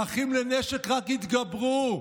האחים לנשק רק יתגברו.